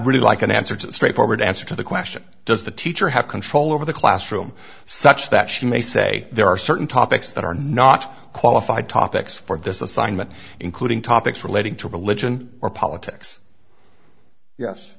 really like an answer to a straightforward answer to the question does the teacher have control over the classroom such that she may say there are certain topics that are not qualified topics for this assignment including topics relating to religion or politics yes